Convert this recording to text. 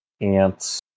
ants